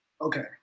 Okay